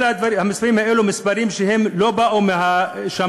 כל המספרים האלה הם מספרים שלא באו מהשמים,